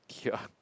ya